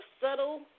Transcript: subtle